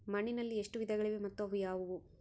ಮಣ್ಣಿನಲ್ಲಿ ಎಷ್ಟು ವಿಧಗಳಿವೆ ಮತ್ತು ಅವು ಯಾವುವು?